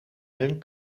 hun